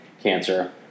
cancer